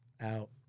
out